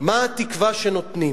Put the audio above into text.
מה התקווה שנותנים?